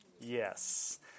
yes